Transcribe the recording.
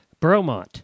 Bromont